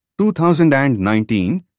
2019